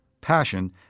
passion